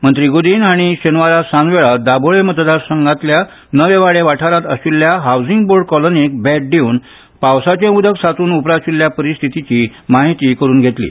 मंत्री गुदीन हांणी शेनवारा सांजवेळा दाबोळी मतदारसंघांतल्या नवे वाडें वाठारांत आशिल्ल्या हावसिंग बोर्ड कॉलनीक भेट दिवन पावसार्चे उदक सांचून उपराशिल्ल्यान परिस्थितीची माहिती करून घेतली